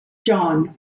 john